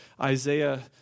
Isaiah